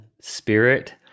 spirit